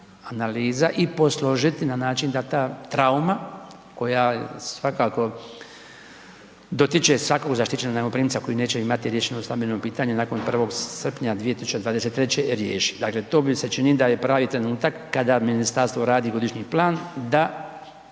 analiza i posložiti na način da ta trauma koja svakako dotiče svakog zaštićenog najmoprimca koji neće imati riješeno stambeno pitanje nakon 1. srpnja 2023. je rješiv, dakle to mi se čini da je pravi trenutak kada ministarstvo radi godišnji plan, da